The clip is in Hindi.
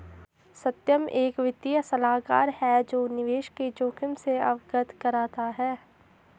सत्यम एक वित्तीय सलाहकार है जो निवेश के जोखिम से अवगत कराता है